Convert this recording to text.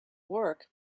work